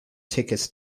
tickets